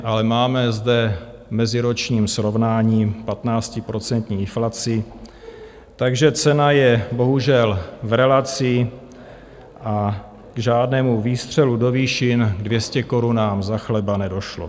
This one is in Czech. Ale máme zde v meziročním srovnání patnáctiprocentní inflaci, takže cena je bohužel v relaci a k žádnému výstřelu do výšin k 200 korunám za chleba nedošlo.